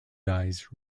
dies